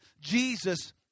Jesus